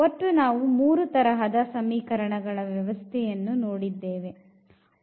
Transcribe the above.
ಒಟ್ಟು ನಾವು 3 ತರಹದ ಸಮೀಕರಣ ವ್ಯವಸ್ಥೆಯನ್ನು ನೋಡಿದ್ದೇವೆ